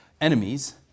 enemies